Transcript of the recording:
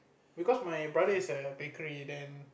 because my brother is a bakery then